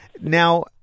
Now